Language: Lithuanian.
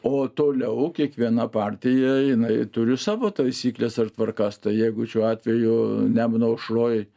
o toliau kiekviena partija jinai turi savo taisykles ir tvarkas tai jeigu šiuo atveju nemuno aušroj